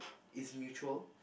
is mutual